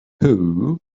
who